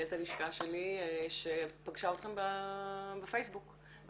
מנהלת הלשכה שלי שפגשה אתכן בפייסבוק והיא